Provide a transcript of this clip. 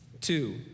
Two